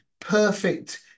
perfect